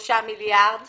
- 3 מיליארד שקלים,